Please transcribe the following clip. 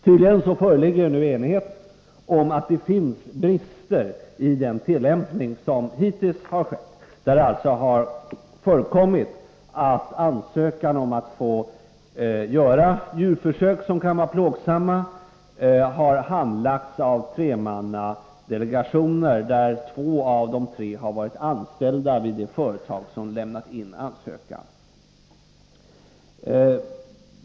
Tydligen föreligger nu enighet om att det finns brister i den tillämpning som hittills har skett. Det har alltså förekommit att ansökan om att få utföra djurförsök som kan vara plågsamma har handlagts av tremannadelegationer där två av de tre har varit anställda vid det företag som lämnat in ansökan.